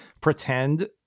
pretend